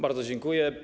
Bardzo dziękuję.